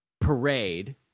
parade